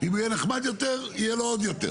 אם הוא יהיה נחמד יותר, יהיה לו עוד יותר.